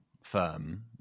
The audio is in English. firm